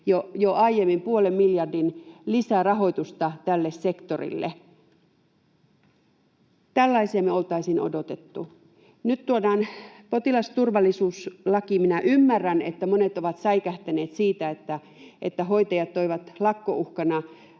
jo aiemmin puolen miljardin lisärahoitusta tälle sektorille. Tällaisia me oltaisiin odotettu. Nyt tuodaan potilasturvallisuuslaki. Minä ymmärrän, että monet ovat säikähtäneet sitä, että hoitajat toivat lakkouhkana